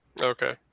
Okay